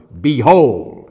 behold